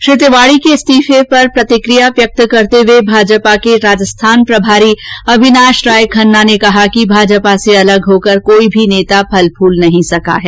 श्री तिवाडी के इस्तीफे पर प्रतिक्रिया व्यक्त करते हुए भाजपा के राजस्थान प्रभारी अविनाश राय खन्ना ने कहा कि भाजपा से अलग होकर कोई भी नेता फल फूल नहीं सका है